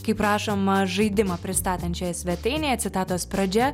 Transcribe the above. kaip rašoma žaidimą pristatančioje svetainėje citatos pradžia